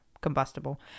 combustible